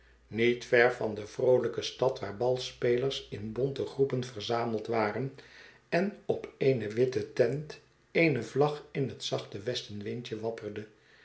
niet ver van de vroolijke stad waar balspelers in bonte groepen verzameld waren en op eene witte tent eene vlag in het zachte westen win dj e wapperde